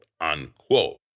unquote